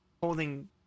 holding